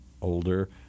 older